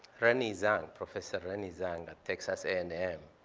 renyi zhang, professor renyi zhang at texas a and m